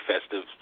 festive